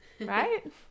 right